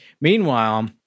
Meanwhile